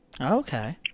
Okay